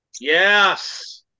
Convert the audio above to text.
Yes